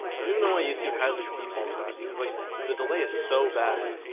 i don't even know why youtube has a default that because like the delay is so bad